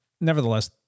nevertheless